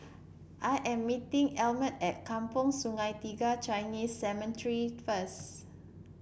I am meeting Elmire at Kampong Sungai Tiga Chinese Cemetery first